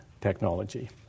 technology